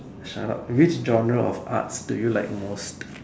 shut up which genre of arts you like the most